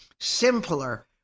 simpler